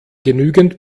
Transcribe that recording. genügend